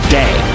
day